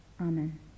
Amen